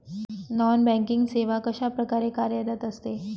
Non banking सेवा कशाप्रकारे कार्यरत असते?